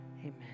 amen